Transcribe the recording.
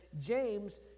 James